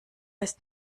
ist